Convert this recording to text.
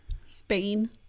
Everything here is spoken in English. Spain